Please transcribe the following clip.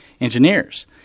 engineers